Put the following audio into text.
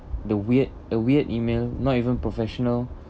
the weird a weird email not even professional